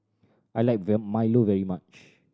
I like well milo very much